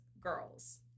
girls